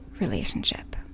relationship